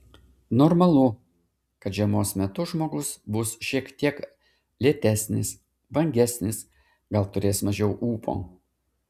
normalu kad žiemos metu žmogus bus šiek tiek lėtesnis vangesnis gal turės mažiau ūpo